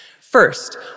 First